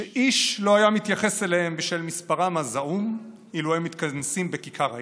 שאיש לא היה מתייחס אליהם בשל מספרם הזעום אילו היו מתכנסים בכיכר העיר,